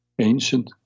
ancient